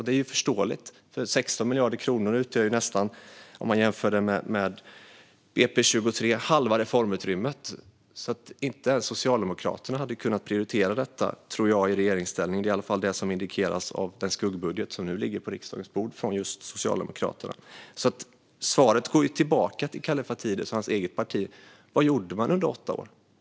Det är ju förståeligt, eftersom 16 miljarder kronor utgör nästan halva reformutrymmet om man jämför med BP 2023. Inte ens Socialdemokraterna hade alltså kunnat prioritera detta i regeringsställning, tror jag. Det är i alla fall det som indikeras i den skuggbudget som nu ligger på riksdagens bord från just Socialdemokraterna. Frågan går alltså tillbaka till Kallifatides och hans eget parti: Vad gjorde man under åtta år?